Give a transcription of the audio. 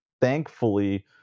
thankfully